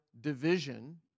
division